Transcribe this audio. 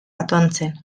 atontzen